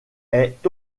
est